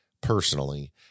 personally